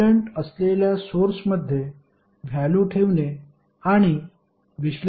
dependent असलेल्या सोर्समध्ये value ठेवणे आणि विश्लेषण करणे सोपे होते